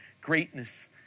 Greatness